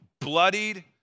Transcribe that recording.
bloodied